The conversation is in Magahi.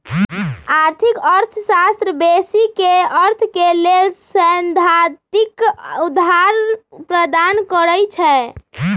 आर्थिक अर्थशास्त्र बेशी क अर्थ के लेल सैद्धांतिक अधार प्रदान करई छै